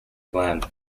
planned